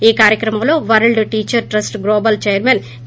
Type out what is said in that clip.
ఈ కార్యక్రమంలో world teacher trust global chairman కే